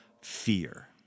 fear